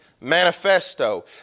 Manifesto